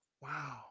wow